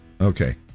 Okay